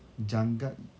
janggal